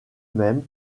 même